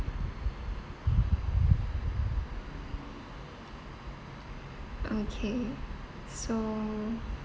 okay so